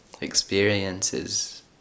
experiences